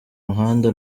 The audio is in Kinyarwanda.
muhanda